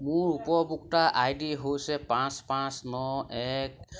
মোৰ উপভোক্তা I D হৈছে পাঁচ পাঁচ ন এক